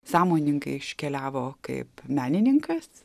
sąmoningai iškeliavo kaip menininkas